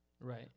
Right